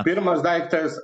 pirmas daiktas